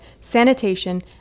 sanitation